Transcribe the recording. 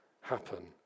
happen